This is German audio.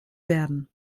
werden